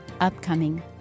upcoming